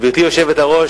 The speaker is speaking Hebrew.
גברתי היושבת-ראש,